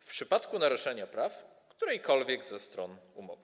w przypadku naruszenia praw którejkolwiek ze stron umowy.